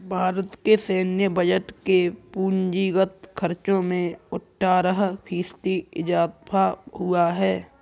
भारत के सैन्य बजट के पूंजीगत खर्चो में अट्ठारह फ़ीसदी इज़ाफ़ा हुआ है